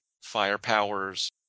Firepower's